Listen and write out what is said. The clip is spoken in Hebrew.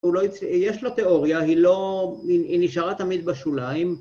יש לו תיאוריה, היא לא, היא נשארה תמיד בשוליים